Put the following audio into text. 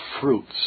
fruits